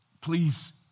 please